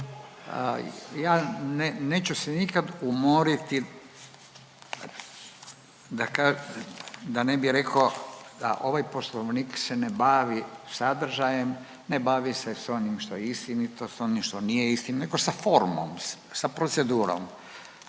ne, neću se nikad umoriti da ne bi rekao da ovaj Poslovnik se ne bavi sadržajem, ne bavi se s onim što je istinito, s onim što nije istina, nego sa formom, sa procedurom.